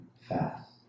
fast